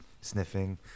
Sniffing